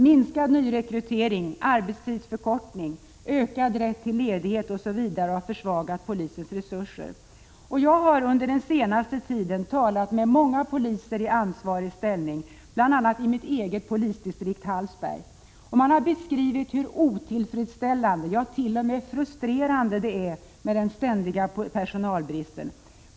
Minskad nyrekrytering, arbetstidsförkortning, ökad rätt till ledighet osv. har försvagat polisens resurser. Jag har den senaste tiden talat med många poliser i ansvarig ställning, bl.a. i mitt eget polisdistrikt Hallsberg. Man har beskrivit hur otillfredsställande, ja, till och med frustrerande, den ständiga personalbristen är.